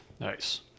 Nice